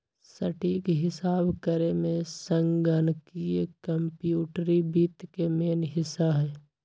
सटीक हिसाब करेमे संगणकीय कंप्यूटरी वित्त के मेन हिस्सा हइ